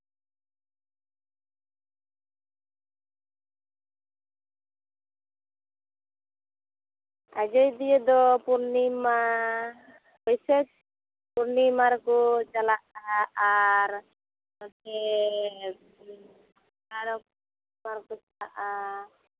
ᱟᱡᱚᱫᱤᱭᱟᱹ ᱫᱚ ᱯᱩᱨᱱᱤᱢᱟ ᱵᱟᱹᱭᱥᱟᱹᱠᱷ ᱯᱩᱨᱱᱤᱢᱟ ᱨᱮᱠᱚ ᱪᱟᱞᱟᱜᱼᱟ ᱟᱨ ᱟᱨᱚ ᱚᱠᱟᱨᱮᱠᱚ ᱪᱟᱞᱟᱜᱼᱟ